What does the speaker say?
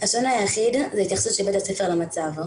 השוני היחיד זה ההתייחסות של בית הספר למצב.